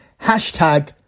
hashtag